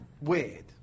Weird